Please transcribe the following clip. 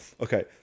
Okay